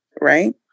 right